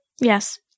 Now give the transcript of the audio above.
Yes